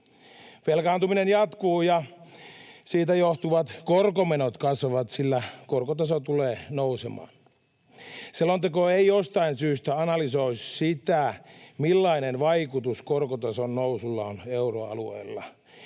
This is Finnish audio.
Velkaantuminen jatkuu, ja siitä johtuvat korkomenot kasvavat, sillä korkotaso tulee nousemaan. Selonteko ei jostain syystä analysoi sitä, millainen vaikutus korkotason nousulla on euroalueella,